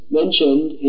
mentioned